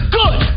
good